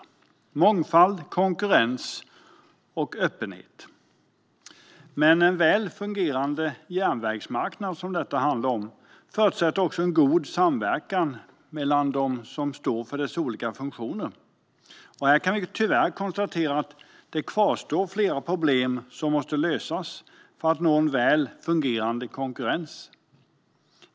Det har blivit mångfald, konkurrens och öppenhet. Men en väl fungerande järnvägsmarknad förutsätter också en god samverkan mellan dem som står för dess olika funktioner. Vi kan tyvärr konstatera att det kvarstår flera problem som måste lösas för att nå en väl fungerande konkurrens.